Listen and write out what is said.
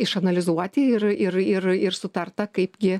išanalizuoti ir ir ir ir sutarta kaipgi